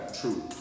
true